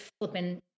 flipping